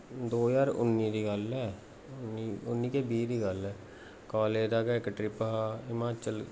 दो ज्हार उन्नी दी गल्ल ऐ उन्नी के बीह् दी गल्ल ऐ कालज दा गै इक ट्रिप हा हिमाचल